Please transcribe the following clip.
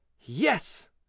yes